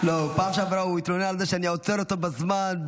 בפעם שעברה הוא התלונן על זה שאני עוצר אותו בזמן,